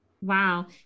Wow